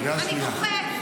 אני בוכה,